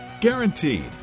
Guaranteed